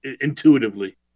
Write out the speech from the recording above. intuitively